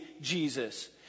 Jesus